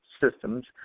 systems